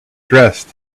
dressed